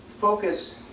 focus